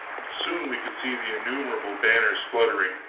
soon we could see the innumerable banners fluttering,